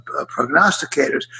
prognosticators